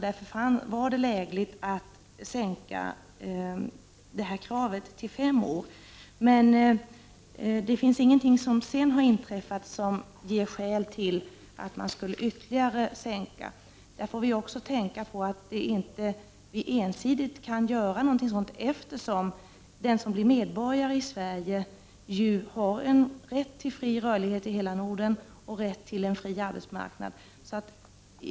Därför var det lägligt att sänka kravet till fem år. Sedan dess har ingenting inträffat som ger skäl till att sänka ytterligare. Vi får också tänka på att vi inte ensidigt kan göra någonting sådant, eftersom den som blir medborgare i Sverige ju har rätt till fri rörlighet i hela Norden och rätt till fri arbetsmarknad.